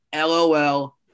LOL